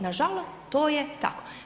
Nažalost to je tako.